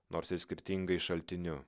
nors ir skirtingai šaltiniu